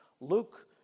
Luke